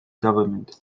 government